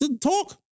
talk